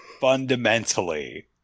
fundamentally